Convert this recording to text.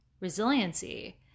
resiliency